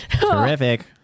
Terrific